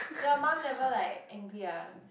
your mum never like angry ah